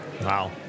Wow